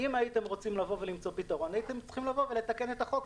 אם הייתם רוצים למצוא פתרון הייתם צריכים לבוא ולתקן את החוק,